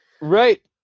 Right